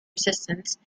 resistance